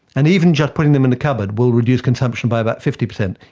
and even just putting them in the cupboard will reduce consumption by about fifty percent.